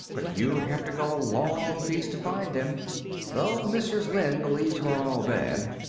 but you'd have to go a long piece to find them though mrs. lynde believes we're all bad.